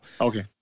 Okay